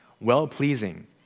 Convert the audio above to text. Well-pleasing